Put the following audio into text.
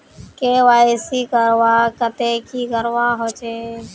KYC करवार केते की करवा होचए?